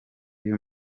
uyu